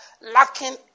lacking